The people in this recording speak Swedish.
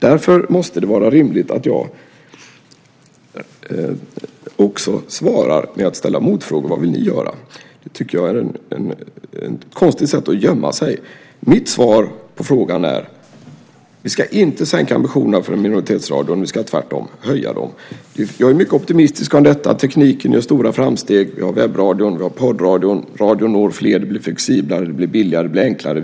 Därför måste det vara rimligt att jag också svarar med att ställa motfrågor. Vad vill ni göra? Jag tycker att det här är ett konstigt sätt att gömma sig. Mitt svar på frågan är: Vi ska inte sänka ambitionerna för minoritetsradion. Vi ska tvärtom höja dem. Jag är mycket optimistisk om detta. Tekniken gör stora framsteg. Vi har webbradion och vi har poddradion. Radion når fler. Det blir flexiblare, billigare och enklare.